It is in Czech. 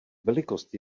velikost